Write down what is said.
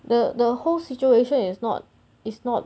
the the whole situation is not is not